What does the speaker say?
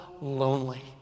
lonely